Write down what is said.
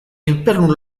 infernu